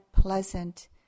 pleasant